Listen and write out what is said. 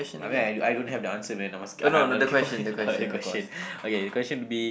I mean I I don't have the answer man I'm asking I'm looking for other question okay the question will be